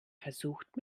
versucht